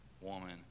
woman